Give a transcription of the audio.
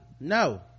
No